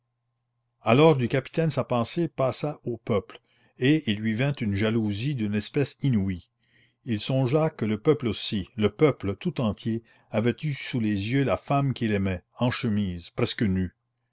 alors du capitaine sa pensée passa au peuple et il lui vint une jalousie d'une espèce inouïe il songea que le peuple aussi le peuple tout entier avait eu sous les yeux la femme qu'il aimait en chemise presque nue